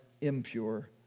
impure